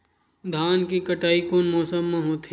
धान के कटाई कोन मौसम मा होथे?